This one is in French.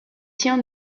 siens